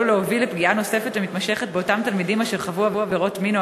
שהוגש נגדם כתב-אישום בגין ביצוע עבירות מין או